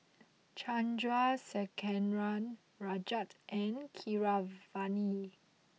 Chandrasekaran Rajat and Keeravani